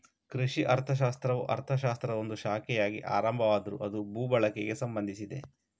ಕೃಷಿ ಅರ್ಥಶಾಸ್ತ್ರವು ಅರ್ಥಶಾಸ್ತ್ರದ ಒಂದು ಶಾಖೆಯಾಗಿ ಆರಂಭ ಆದ್ರೂ ಅದು ಭೂ ಬಳಕೆಗೆ ಸಂಬಂಧಿಸಿದೆ